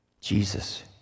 Jesus